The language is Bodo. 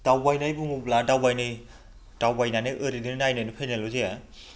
दावबायनाय बुङोब्ला दावबायनाय दावबायनानै ओरैनो नायनानै फैनायल' जाया